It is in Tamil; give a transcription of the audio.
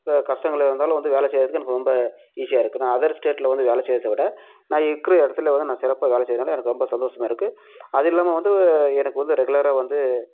கஷ்டங்களே இருந்தாலும் வந்து வேலை செய்கிறதுக்கு எனக்கு ரொம்ப ஈஸியாக இருக்குது நான் அதர் ஸ்டேட்ல வந்து வேலை செய்கிறத விட நான் இருக்கிற இடத்துல வந்து நான் சிறப்பாக வேலை செய்கிறனால எனக்கு ரொம்ப சந்தோஷமாக இருக்குது அதுவும் இல்லாமல் வந்து எனக்கு வந்து ரெகுலராக வந்து